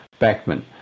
backman